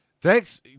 Thanks